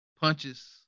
punches